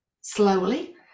slowly